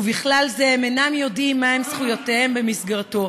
ובכלל זה הם אינם יודעים מהן זכויותיהם במסגרתו,